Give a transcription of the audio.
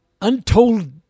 untold